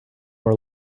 our